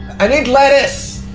i need lettuce,